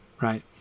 right